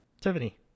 Tiffany